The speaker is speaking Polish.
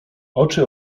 oczy